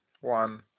one